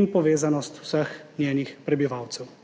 in povezanost vseh njenih prebivalcev.